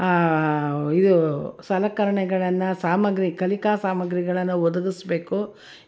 ಇದು ಸಲಕರಣೆಗಳನ್ನು ಸಾಮಗ್ರಿ ಕಲಿಕಾ ಸಾಮಗ್ರಿಗಳನ್ನು ಒದಗಿಸ್ಬೇಕು